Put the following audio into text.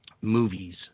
movies